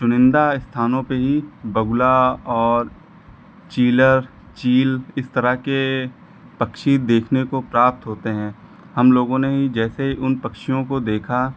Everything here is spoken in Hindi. चुनिंदा स्थानों पर ही बगुला और चीलर चील इस तरह के पक्षी देखने को प्राप्त होते हैं हम लोगों ने ही जैसे ही उन पक्षियों को देखा